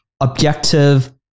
objective